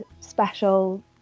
special